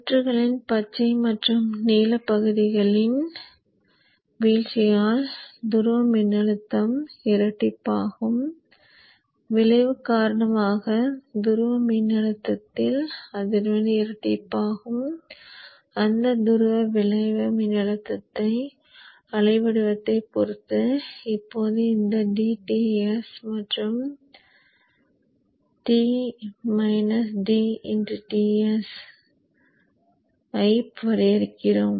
சுற்றுகளின் பச்சை மற்றும் நீலப் பகுதிகளின் வீழ்ச்சியால் துருவ மின்னழுத்தம் இரட்டிப்பாகும் விளைவு காரணமாக துருவ மின்னழுத்தத்தில் அதிர்வெண் இரட்டிப்பாகும் எனவே துருவ மின்னழுத்த அலை வடிவத்தைப் பொறுத்து இப்போது இந்த dTs மற்றும் Ts ஐ வரையறுக்கிறோம்